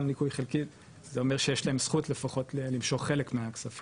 גם בניכוי חלקי זה אומר שיש להם זכות למשוך חלק מהכספים,